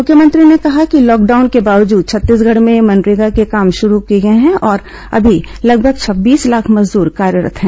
मुख्यमंत्री ने कहा कि लॉकडाउन के बावजूद छत्तीसगढ़ में मनरेगा के काम शुरू किए गए और अभी लगभग छब्बीस लाख मजदूर कार्यरत हैं